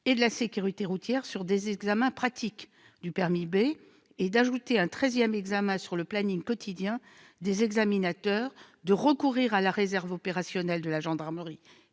et de la sécurité routière sur des examens pratiques du permis B et d'ajouter un treizième examen sur le planning quotidien des examinateurs, de recourir à la réserve opérationnelle de la gendarmerie